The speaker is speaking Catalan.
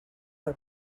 per